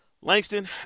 Langston